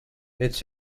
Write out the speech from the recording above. its